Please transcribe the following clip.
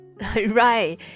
Right